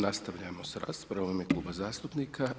Nastavljamo sa raspravom u ime Kluba zastupnika.